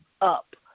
up